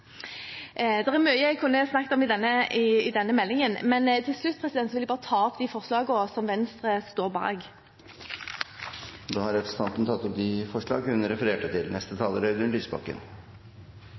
Det er mye jeg kunne snakket om i forbindelse med denne meldingen, men til slutt vil jeg bare ta opp de forslagene som Venstre står bak. Representanten Iselin Nybø har tatt opp de forslagene hun refererte til.